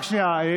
רק שנייה.